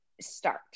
start